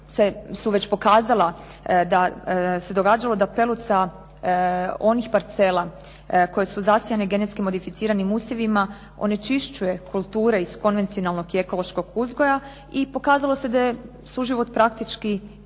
su već pokazala da se događalo da pelud sa onim parcela koje su zasijane genetski modificiranim usjevima onečišćuje kulture iz konvencionalnog i ekološkog uzgoja i pokazalo da je suživot praktički nemoguć,